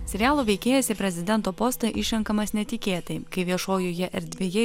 serialo veikėjas į prezidento postą išrenkamas netikėtai kai viešojoje erdvėje